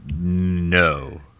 No